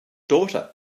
daughter